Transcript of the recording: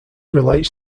relates